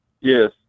yes